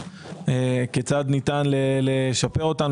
כיצד ניתן לשפר אותן,